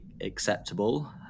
acceptable